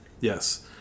Yes